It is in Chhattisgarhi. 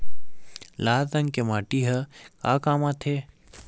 लाल रंग के माटी ह का काम आथे?